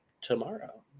tomorrow